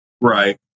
Right